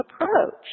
approach